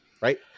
Right